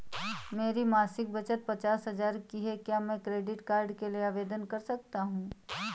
मेरी मासिक बचत पचास हजार की है क्या मैं क्रेडिट कार्ड के लिए आवेदन कर सकता हूँ?